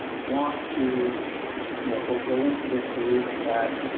want to yeah or go into this believing that,